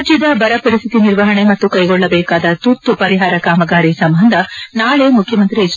ರಾಜ್ಯದ ಬರ ಪರಿಸ್ಥಿತಿ ನಿರ್ವಹಣೆ ಮತ್ತು ಕೈಗೊಳ್ಳಬೇಕಾದ ತುರ್ತು ಪರಿಹಾರ ಕಾಮಗಾರಿ ಸಂಬಂಧ ನಾಳೆ ಮುಖ್ಯಮಂತ್ರಿ ಹೆಚ್